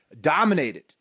dominated